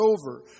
over